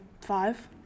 five